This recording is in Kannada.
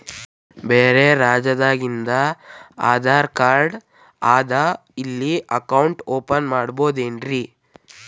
ಬ್ಯಾರೆ ರಾಜ್ಯಾದಾಗಿಂದು ಆಧಾರ್ ಕಾರ್ಡ್ ಅದಾ ಇಲ್ಲಿ ಅಕೌಂಟ್ ಓಪನ್ ಮಾಡಬೋದೇನ್ರಿ?